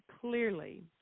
clearly